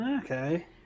Okay